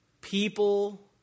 people